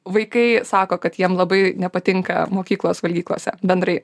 vaikai sako kad jiem labai nepatinka mokyklos valgyklose bendrai